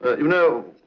but you know,